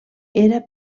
era